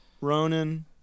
Ronan